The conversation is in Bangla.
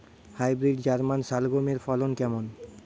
হাইব্রিড জার্মান শালগম এর ফলন কেমন?